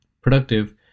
productive